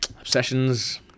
obsessions